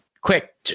quick